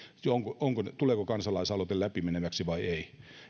tuleeko kansalaisaloite läpimeneväksi vai ei